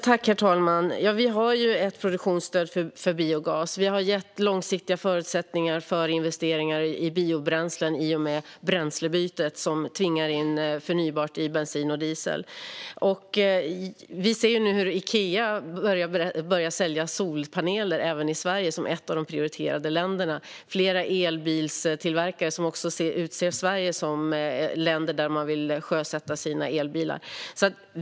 Herr talman! Vi har ju ett produktionsstöd för biogas. Vi har gett långsiktiga förutsättningar för investeringar i biobränslen i och med bränslebytet, som tvingar in förnybart i bensin och diesel. Vi ser nu hur Ikea börjar sälja solpaneler i Sverige som ett av några prioriterade länder, och flera elbilstillverkare utser Sverige till ett av de länder där man vill sjösätta elbilarna.